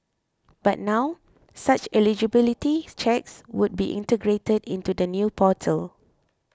but now such eligibility checks would be integrated into the new portal